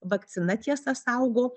vakcina tiesa saugo